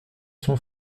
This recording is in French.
son